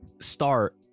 start